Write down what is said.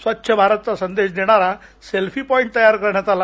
स्वच्छ भारत चा संदेश देणारा सेल्फी पॉईट तयार करण्यात आला